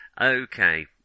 Okay